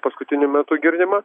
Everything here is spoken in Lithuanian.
paskutiniu metu girdima